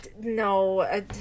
no